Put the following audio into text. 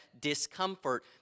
discomfort